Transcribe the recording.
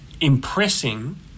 impressing